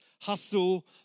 hustle